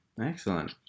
Excellent